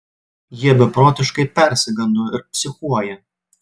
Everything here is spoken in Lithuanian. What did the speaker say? jie beprotiškai persigando ir psichuoja